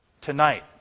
tonight